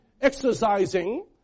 exercising